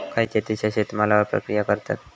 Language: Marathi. खयच्या देशात शेतमालावर प्रक्रिया करतत?